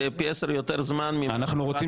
זה פי עשר יותר זמן מוועדה --- אנחנו רוצים